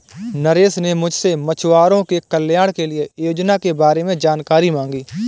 नरेश ने मुझसे मछुआरों के कल्याण के लिए योजना के बारे में जानकारी मांगी